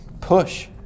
Push